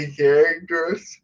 characters